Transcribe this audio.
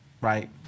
right